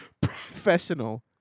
Professional